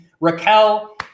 Raquel